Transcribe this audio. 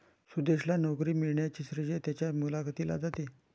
सुदेशला नोकरी मिळण्याचे श्रेय त्याच्या मुलाखतीला जाते